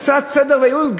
קצת סדר וייעול.